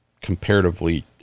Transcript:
comparatively